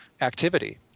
activity